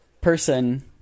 person